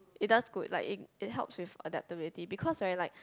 it does good like it it helps with adaptability because right like